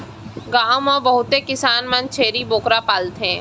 गॉव म बहुते किसान मन छेरी बोकरा पालथें